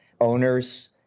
owners